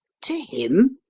to him?